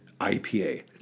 IPA